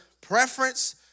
preference